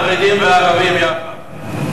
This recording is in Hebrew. החרדים והערבים יחד,